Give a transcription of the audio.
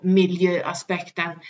miljöaspekten